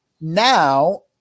now